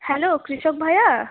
hello কৃষক ভায়া